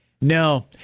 No